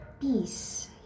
peace